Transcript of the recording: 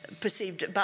perceived